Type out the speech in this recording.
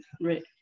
right